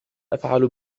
أفعل